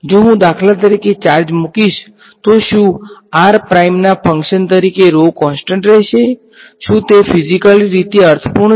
જો હું દાખલા તરીકે ચાર્જ મૂકીશ તો શું r પ્રાઇમના ફંક્શન તરીકે rho કોન્સટંટ રહેશે શું તે ફીઝીકલી રીતે અર્થપૂર્ણ છે